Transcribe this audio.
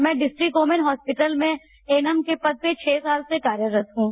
मैं district women hospital में A N M के पद पर छह साल से कार्यरत हूं